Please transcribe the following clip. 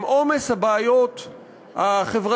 עם עומס הבעיות החברתיות,